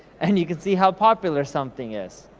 and you can see how popular something is.